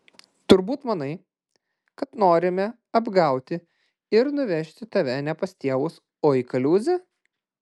turbūt manai kad norime apgauti ir nuvežti tave ne pas tėvus o į kaliūzę